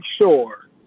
sure